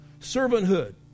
Servanthood